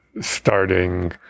starting